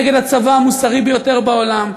נגד הצבא המוסרי ביותר בעולם.